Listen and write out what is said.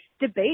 debate